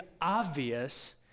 obvious